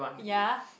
ya